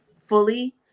fully